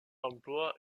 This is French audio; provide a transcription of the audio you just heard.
emploi